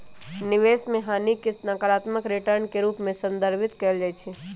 निवेश में हानि के नकारात्मक रिटर्न के रूप में संदर्भित कएल जाइ छइ